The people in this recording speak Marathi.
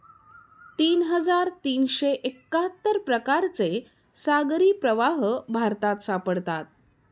तीन हजार तीनशे एक्काहत्तर प्रकारचे सागरी प्रवाह भारतात सापडतात